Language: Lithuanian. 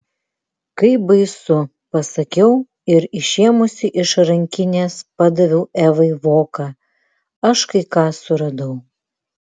kaip baisu pasakiau ir išėmusi iš rankinės padaviau evai voką aš kai ką suradau